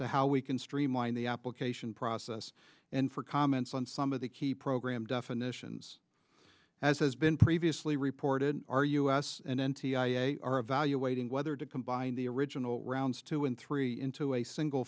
to how we can streamline the application process and for comments on some of the key program definitions as has been previously reported r us and then t i a are evaluating whether to combine the original rounds two and three into a single